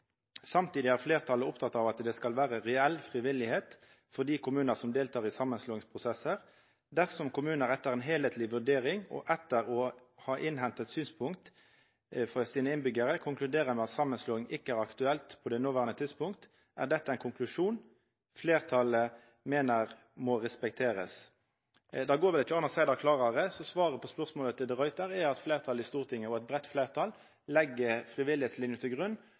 at det skal være reell frivillighet for de kommunene som deltar i sammenslåingsprosesser. Dersom kommuner etter en helthetlig vurdering og etter å ha innhentet synspunkter fra sine innbyggere konkluderer med at sammenslåing ikke er aktuelt på det nåværende tidspunkt, er dette en konklusjon flertallet mener må respekteres.» Det går vel ikkje å seia det klårare, så svaret på spørsmålet frå de Ruiter er at eit breitt fleirtal i Stortinget legg frivilligheitslinja til grunn, og at behovet for kommunereform ikkje er til